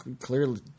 clearly